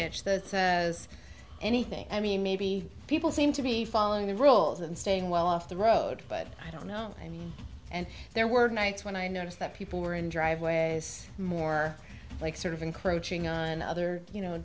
signage that says anything i mean maybe people seem to be following the rules and staying well off the road but i don't know i mean and there were nights when i noticed that people were in driveways more like sort of encroaching on other you know